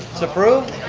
it's approved.